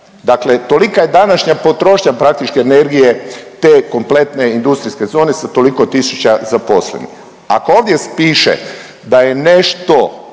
dakle tolika je današnja potrošnja praktički energije te kompletne industrijske zone sa toliko tisuća zaposlenih. Ako ovdje piše da je nešto,